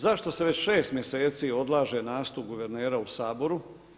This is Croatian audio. Zašto se već 6 mjeseci odlaže nastup guvernera u Saboru?